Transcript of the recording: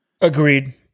agreed